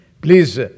Please